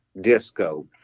disco